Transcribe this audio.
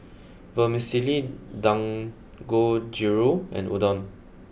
Vermicelli Dangojiru and Udon